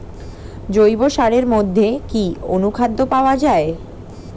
জৈব সারের মধ্যে কি অনুখাদ্য পাওয়া যায়?